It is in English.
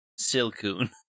Silcoon